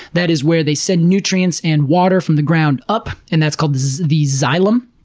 that is where they send nutrients and water from the ground up. and that's called the xylem.